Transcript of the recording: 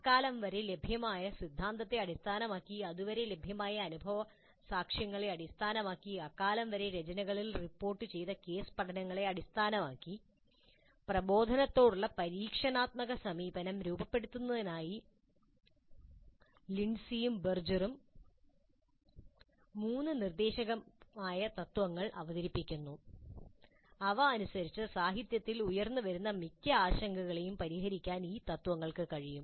അക്കാലം വരെ ലഭ്യമായ സിദ്ധാന്തത്തെ അടിസ്ഥാനമാക്കി അതുവരെ ലഭ്യമായ അനുഭവസാക്ഷ്യങ്ങളെ അടിസ്ഥാനമാക്കി അക്കാലം വരെ രചനകളിൽ റിപ്പോർട്ടുചെയ്ത കേസ് പഠനങ്ങളെ അടിസ്ഥാനമാക്കി പ്രബോധനത്തോടുള്ള പരീക്ഷണാത്മക സമീപനം രൂപപ്പെടുത്തുന്നതിനായി ലിൻഡ്സിയും ബെർജറും മൂന്ന് നിർദ്ദേശകമായ തത്ത്വങ്ങൾ അവതരിപ്പിക്കുന്നു അവ അനുസരിച്ച് സാഹിത്യത്തിൽ ഉയർന്നുവരുന്ന മിക്ക ആശങ്കകളെയും പരിഹരിക്കാൻ ഈ തത്ത്വങ്ങൾക്ക് കഴിയും